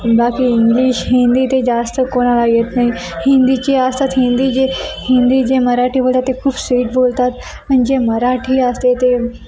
बाकी इंग्लिश हिंदी ते जास्त कोणाला येत नाही हिंदीची असतात हिंदी जे हिंदी जे मराठी बोलतात ते खूप स्वीट बोलतात पण जे मराठी असते ते